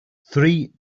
three